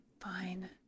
Fine